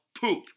Poop